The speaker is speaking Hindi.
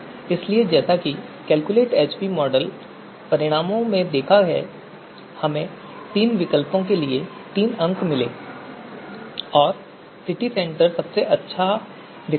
इसलिए जैसा कि आपने कैलकुलेटएएचपी मॉडल परिणामों में देखा है हमें तीन विकल्पों के लिए तीन अंक मिले और सिटी सेंटर सबसे अच्छा विकल्प था